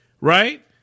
right